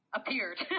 appeared